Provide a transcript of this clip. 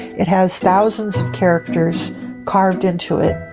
it has thousands of characters carved into it.